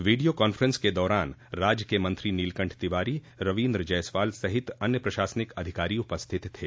video conference के दौरान राज्य के मंत्री नीलकंठ तिवारी रवीन्द्र जायसवाल कई जन प्रतिनिधियों सहित अन्य प्रशासनिक अधिकारी उपस्थित थे